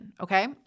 okay